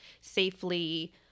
safely